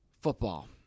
football